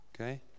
okay